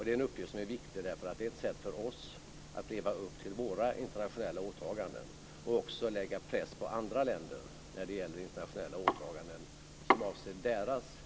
Det är en uppgift som är viktig därför att det är ett sätt för oss att leva upp till våra internationella åtaganden och också sätta press på andra länder när det gäller internationella åtaganden som avser deras djur.